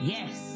Yes